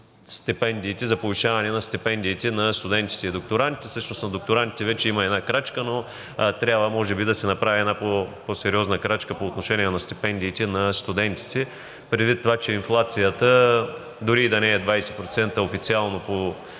за повишаване на стипендиите на студентите и докторантите. Всъщност за докторантите вече има една крачка, но трябва може би да се направи една по-сериозна крачка по отношение на стипендиите на студентите, предвид това, че инфлацията дори и да не е 20% официално по